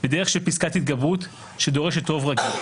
בדרך של פסקת התגברות שדורשת רוב רגיל.